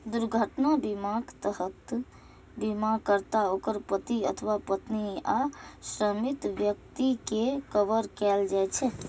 दुर्घटना बीमाक तहत बीमाकर्ता, ओकर पति अथवा पत्नी आ आश्रित व्यक्ति कें कवर कैल जाइ छै